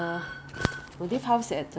but now the now the traffic